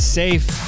safe